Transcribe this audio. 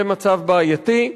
זה מצב בעייתי,